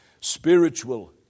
spiritual